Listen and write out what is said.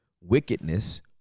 wickedness